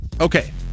okay